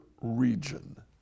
region